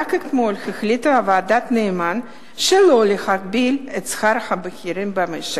רק אתמול החליטה ועדת-נאמן שלא להגביל את שכר הבכירים במשק.